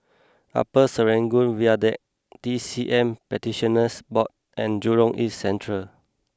Upper Serangoon Viaduct T C M Practitioners Board and Jurong East Central